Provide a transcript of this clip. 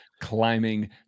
climbing